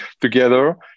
together